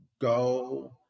go